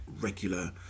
regular